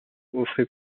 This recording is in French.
offrait